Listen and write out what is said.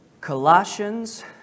Colossians